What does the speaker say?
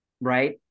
right